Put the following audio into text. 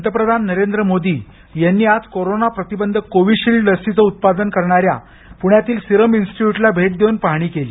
पंतप्रधान नरेंद्र मोदी यांनी आज कोरोना प्रतिबंधक कोविशील्ड लसीच उत्पादन करणाऱ्या पुण्यातील सिरम इन्स्टिट्यूटला भेट देऊन पाहणी केली